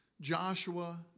Joshua